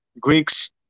Greeks